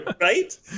Right